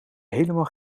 helemaal